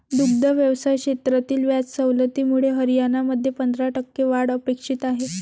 दुग्ध व्यवसाय क्षेत्रातील व्याज सवलतीमुळे हरियाणामध्ये पंधरा टक्के वाढ अपेक्षित आहे